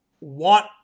want